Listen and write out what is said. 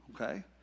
Okay